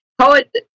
Poet